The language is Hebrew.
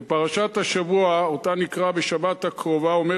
בפרשת השבוע שנקרא בשבת הקרובה אומר